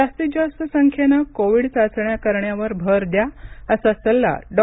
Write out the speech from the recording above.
जास्तीत जास्त संख्येनं कोविड चाचण्या करण्यावर भर द्या असा सल्ला डॉ